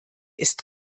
ist